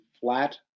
flat